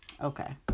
Okay